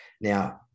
Now